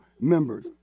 members